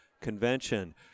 Convention